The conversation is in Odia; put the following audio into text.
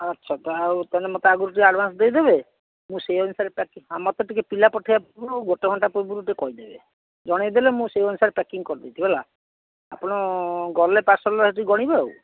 ଆଚ୍ଛା ତ ଆଉ ତା' ହେଲେ ମତେ ଆଗରୁ ଟିକିଏ ଆଡ଼ଭାନ୍ସ ଦେଇଦେବେ ମୁଁ ସେଇ ଅନୁସାରେ ପ୍ୟାକ୍ ହଁ ମତେ ଟିକିଏ ପିଲା ପଠାଇବା ପୂର୍ବରୁ ଗୋଟେ ଘଣ୍ଟା ପୂର୍ବରୁ ଟିକିଏ କହିଦେବେ ଜଣାଇଦେଲେ ମୁଁ ସେଇ ଅନୁସାରେ ପ୍ୟାକିଂ କରିଦେଇଥିବି ହେଲା ଆପଣ ଗଲେ ପାର୍ସଲ ହେଠି ଗଣିବେ ଆଉ